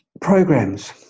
Programs